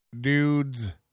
dudes